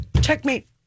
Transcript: Checkmate